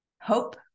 Hope